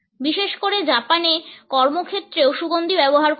বিশেষ করে জাপানে কর্মক্ষেত্রেও সুগন্ধি ব্যবহার করা হয়